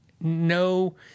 no